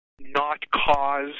not-cause-